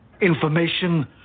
Information